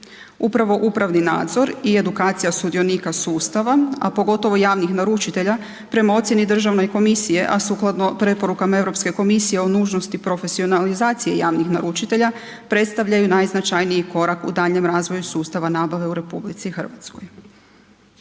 Upravo upravni nadzor i edukacija sudionika sustava, a pogotovo javnih naručitelja prema ocjeni državne komisije, a sukladno preporukama Europske komisije o nužnosti i profesionalizaciji javnih naručitelja predstavljaju najznačajniji korak u daljnjem razvoju sustava nabave u RH.